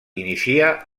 inicia